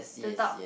to talk